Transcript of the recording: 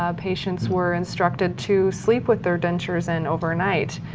ah patients were instructed to sleep with their dentures in overnight.